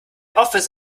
office